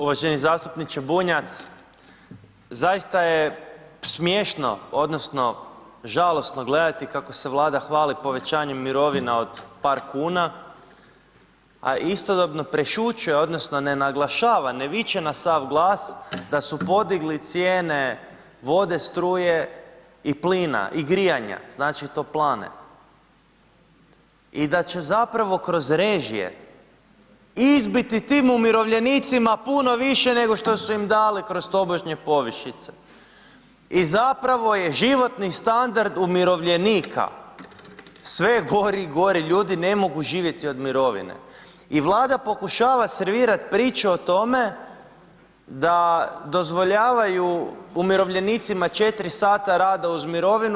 Uvaženi zastupniče Bunjac, zaista je smiješno odnosno žalosno gledati kako se Vlada hvali povećanjem mirovina od par kuna, a istodobno prešućuje odnosno ne naglašava, ne viče na sav glas da su podigli cijene vode, struje i plina i grijanja, znači, toplane i da će zapravo kroz režije izbiti tim umirovljenicima puno više nego što su im dali kroz tobožnje povišice i zapravo je životni standard umirovljenika sve gori i gori, ljudi ne mogu živjeti od mirovine i Vlada pokušava servirat priču o tome da dozvoljavaju umirovljenicima 4 sata rada uz mirovinu.